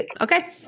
okay